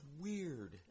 weird